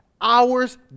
hours